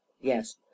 Yes